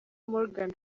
morgan